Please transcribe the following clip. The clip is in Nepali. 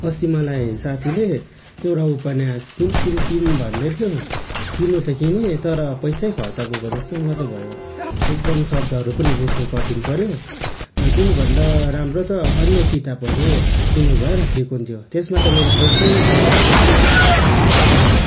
अस्ति मलाई साथीले एउटा उपन्यास किन किन किन भन्दैथ्यो किन्नु त किनेँ तर पैसै खर्च गएको जस्तो मात्रै भयो एकदम शब्दहरू पनि बुझ्नु कठिन पर्यो त्योभन्दा राम्रो त अन्य किताबहरू किनेको भए र ठिक हुन्थ्यो त्यसमा त मेरो पैसै खेरो गएको जस्तो मात्रै भयो